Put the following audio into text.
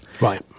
Right